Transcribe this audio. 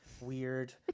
weird